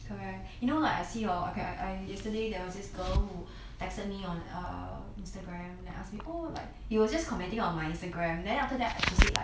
correct you know like I see hor okay I I yesterday there was this girl who texted me on err instagram then ask me oh like you will just commenting on my instagram then after that